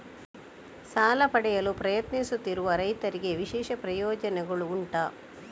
ಸಾಲ ಪಡೆಯಲು ಪ್ರಯತ್ನಿಸುತ್ತಿರುವ ರೈತರಿಗೆ ವಿಶೇಷ ಪ್ರಯೋಜನೆಗಳು ಉಂಟಾ?